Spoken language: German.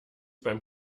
beim